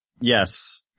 yes